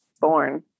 born